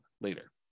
later